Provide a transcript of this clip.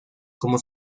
como